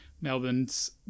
Melbourne's